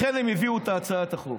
לכן הם הביאו את הצעת החוק.